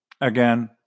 again